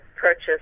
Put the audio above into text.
purchase